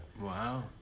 Wow